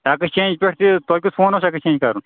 exchange پٮ۪ٹھ تہِ تۄہہِ کیٚتھ فون اوس ایکٕسچینٛج کَرُن